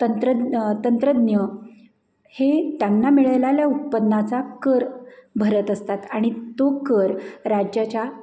तंत्र तंत्रज्ञ हे त्यांना मिळालेल्या उत्पन्नाचा कर भरत असतात आणि तो कर राज्याच्या